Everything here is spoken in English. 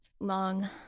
Long